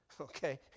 okay